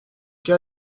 cas